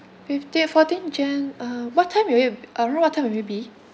fifteen fourteen jan uh what time will it around what time will it be